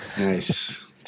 nice